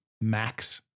Max